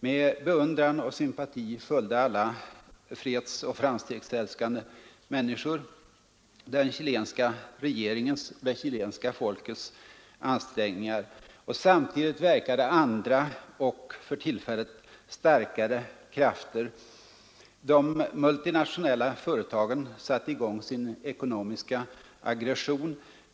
Med beundran och sympati följde alla fredsoch framstegsälskande människor den chilenska regeringens och det chilenska folkets ansträngningar. Samtidigt verkade andra — och för tillfället starkare — krafter. De multinationella företagen satte i gång sin ekonomiska aggression.